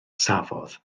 safodd